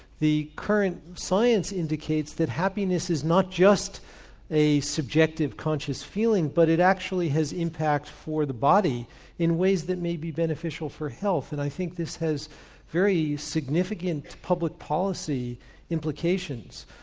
the current science indicates that happiness is not just a subjective conscious feeling but it actually has impact for the body in ways that may be beneficial for health and i think this has very significant public policy implications.